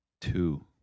Two